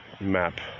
map